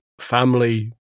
family